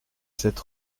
cette